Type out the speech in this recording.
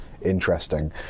Interesting